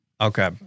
Okay